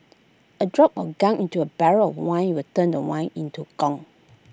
A drop of gunk into A barrel of wine will turn the wine into gunk